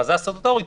ההכרזה הסטטוטורית,